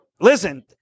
listen